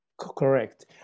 Correct